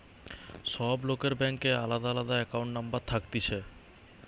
সব লোকের ব্যাংকে আলদা আলদা একাউন্ট নম্বর থাকতিছে